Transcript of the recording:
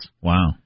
Wow